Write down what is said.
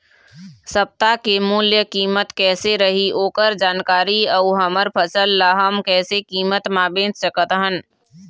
सप्ता के मूल्य कीमत कैसे रही ओकर जानकारी अऊ हमर फसल ला हम कैसे कीमत मा बेच सकत हन?